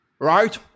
Right